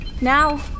Now